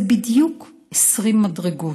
זה בדיוק 20 מדרגות.